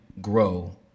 grow